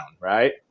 right